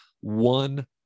one